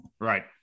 Right